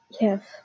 Yes